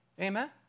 Amen